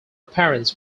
parents